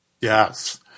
Yes